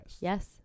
Yes